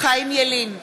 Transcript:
חיים ילין,